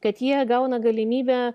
kad jie gauna galimybę